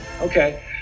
okay